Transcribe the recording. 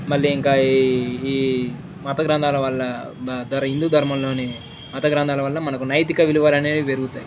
మళ్ళీ ఇంకా ఈ ఈ మత గ్రంధాల వల్ల ధర హిందూ ధర్మంలోని మత గ్రంధాల వల్ల మనకు నైతిక విలువలనేవి పెరుగుతాయి